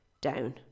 down